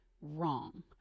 wrong